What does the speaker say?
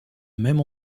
même